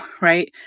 right